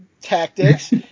tactics